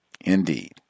Indeed